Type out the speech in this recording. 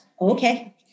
Okay